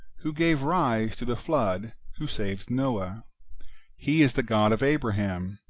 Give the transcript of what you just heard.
who gave rise to the flood, who saved noah he is the god of abraham,